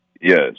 Yes